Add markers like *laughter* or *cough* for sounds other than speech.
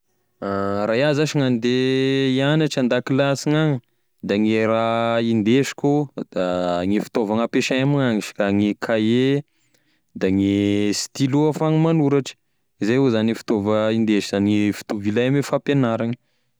*hesitation* Raha iaho zash gn'andeha hiagnatry an-dakilasy gn'agny, de gne raha indesiko da gne fitaovagna ampiasay amignagny sha da gne kahie da gne stylo ahafahagny magnoratry izay avao zany e fitaova hindesy zany gne fitaova ilay ame fampiagnarany.